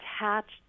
attached